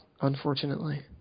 unfortunately